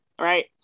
right